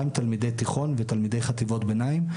תלמידי תיכון ותלמידי חטיבות ביניים.